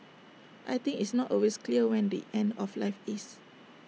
I think it's not always clear when the end of life is